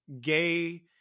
gay